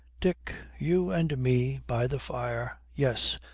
dick, you and me by the fire yes,